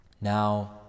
Now